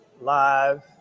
live